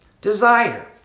Desire